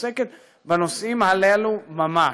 שעוסקת בנושאים הללו ממש.